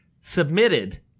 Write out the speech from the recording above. submitted